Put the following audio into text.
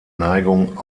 neigung